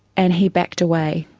and he backed away.